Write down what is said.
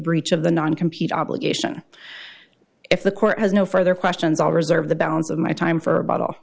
breach of the non computer obligation if the court has no further questions i'll reserve the balance of my time for a bottle